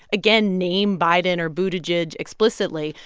again, name biden or buttigieg explicitly,